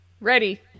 Ready